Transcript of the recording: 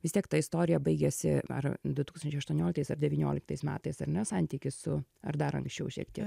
vis tiek ta istorija baigėsi ar du tūkstančiai aštuonioliktais ar devynioliktais metais ar ne santykis su ar dar anksčiau šiek tiek